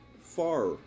far